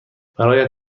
برایت